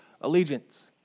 allegiance